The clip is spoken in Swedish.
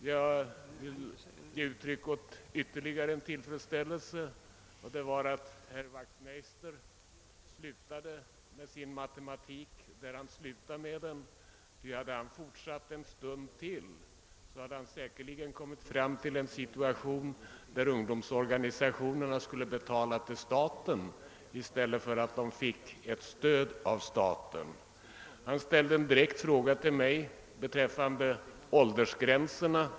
Jag vill uttrycka min tillfredsställelse över ytterligare en sak, nämligen att herr Wachtmeister slutade med sin matematik där han slutade, ty om han hade fortsatt en stund till hade han säkerligen kommit fram till en situation där = ungdomsorganisationerna skulle betala till staten i stället för att få stöd av staten. Herr Wachtmeister ställde en direkt fråga till mig beträffande åldersgränserna.